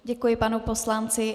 Děkuji panu poslanci.